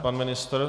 Pan ministr?